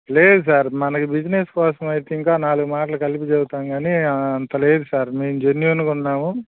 లేదు సార్ మనకి బిజినెస్స్ కోసం అయితే ఇంకా నాలుగు మాటలు కలిపి చెబుతాం కానీ అంతలేదు సార్ మేము జెన్యూన్గా ఉన్నాము